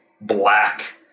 black